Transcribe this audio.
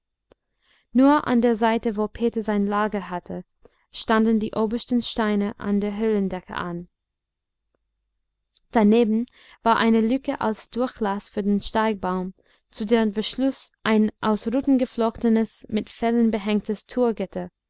nur an der seite wo peter sein lager hatte standen die obersten steine an der höhlendecke an daneben war eine lücke als durchlaß für den steigbaum zu deren verschluß ein aus ruten geflochtenes mit fellen behängtes